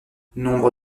nombre